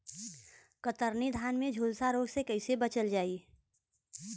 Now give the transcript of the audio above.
कतरनी धान में झुलसा रोग से कइसे बचल जाई?